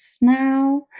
now